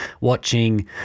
watching